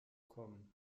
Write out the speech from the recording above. kommen